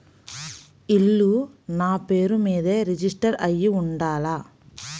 ఇల్లు నాపేరు మీదే రిజిస్టర్ అయ్యి ఉండాల?